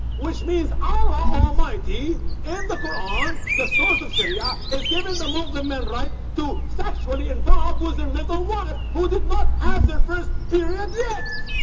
which means allah almighty in and the quran the source of sharia is given the muslim men right to sexually involve was a little wife who did not have their first period yet